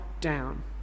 down